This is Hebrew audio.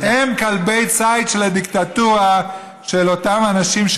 הם כלבי ציד של הדיקטטורה של אותם אנשים,